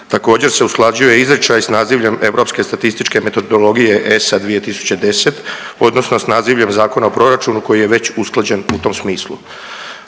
Također se usklađuje izričaj s nazivljem Europske statističke metodologije ESA 2010 odnosno s nazivljem Zakona o proračunu koji je već usklađen u tom smislu.